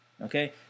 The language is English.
Okay